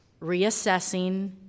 reassessing